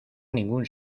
ningún